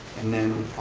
and then